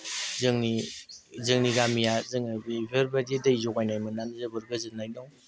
जोंनि गामिया जोङो बेफोरबायदि दै जगायनाय मोननानै जोबोर गोजोननाय दं